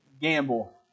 gamble